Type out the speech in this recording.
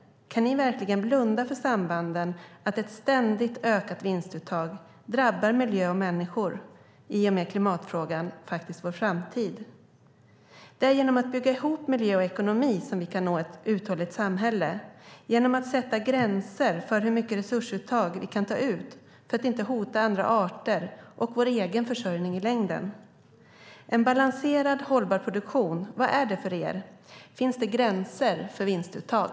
Kan ni verkligen blunda för sambanden? Ett ständigt ökat vinstuttag drabbar miljö och människor i och med att klimatfrågan är vår framtid. Det är genom att bygga ihop miljö och ekonomi som vi kan nå ett uthålligt samhälle, genom att sätta gränser för hur mycket resurser vi kan ta ut för att inte hota andra arter och vår egen försörjning i längden. En balanserad hållbar produktion, vad är det för er? Finns det gränser för vinstuttag?